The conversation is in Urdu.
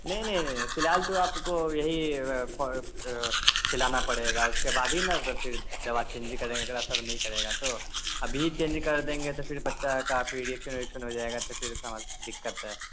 نہیں نہیں نہیں فی الحال تو آپ کو یہی کھلانا پڑے گا اس کے بعد ہی نا تو پھر دوا چینج کریں گے اگر اثر نہیں کرے گا تو ابھی ہی چینج کر دیں گے تو پھر بچہ کا پھر رییکشن رییکشن ہو جائے گا تو پھر دقت ہے